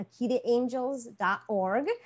akitaangels.org